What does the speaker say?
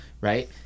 right